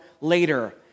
later